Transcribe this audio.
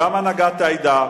גם הנהגת העדה,